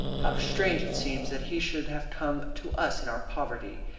how strange it seems that he should have come to us in our poverty.